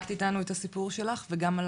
שחלקת איתנו את הסיפור שלך וגם על